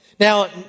Now